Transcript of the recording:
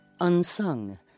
unsung